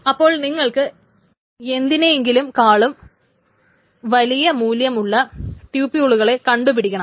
അപ്പോൾ നിങ്ങൾക്ക് എന്തിനെയെങ്കിലുംക്കാളും വലിയ മൂല്യമുള്ള ട്യൂപൂൾകളെ കണ്ടു പിടിക്കണം